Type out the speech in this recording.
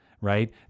right